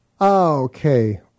Okay